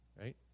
right